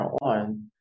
on